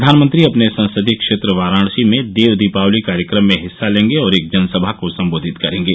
प्रधानमंत्री अपने संसदीय क्षेत्र वाराणसी में देव दीपावली कार्यक्रम में हिस्सा लेंगे और एक जनसभा को संबोधित करेंगे